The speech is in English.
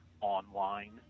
online